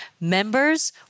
members